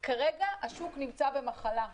כרגע השוק נמצא במחלה.